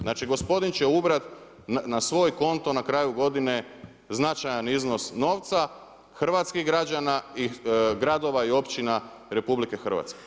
Znači, gospodin će ubrati na svoj konto na kraju godine značajan iznos novca hrvatskih građana i gradova i općina RH.